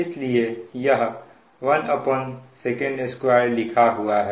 इसलिए यह 1Sec2 लिखा हुआ है